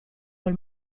quel